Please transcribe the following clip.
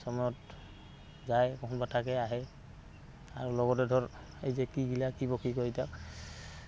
সময়ত যায় কোনোবা থাকে আহে আৰু লগতে ধৰ এই যে কিগিলা কি পক্ষী কয় এইটা